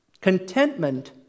Contentment